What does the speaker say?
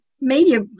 media